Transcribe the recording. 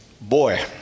boy